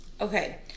Okay